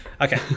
okay